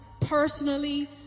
personally